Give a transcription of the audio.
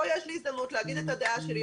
אבל כאן יש לי הזדמנות להגיד את הדעה שלי,